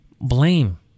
blame